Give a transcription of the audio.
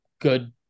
good